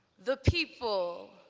the people,